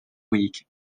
week